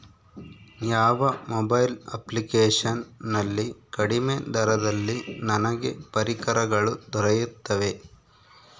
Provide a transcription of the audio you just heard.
ಯಾವ mobile application ನಲ್ಲಿ ಕಡಿಮೆ ದರದಲ್ಲಿ ನನಗೆ ಪರಿಕರಗಳು ದೊರೆಯುತ್ತವೆ?